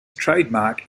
trademark